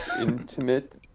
Intimate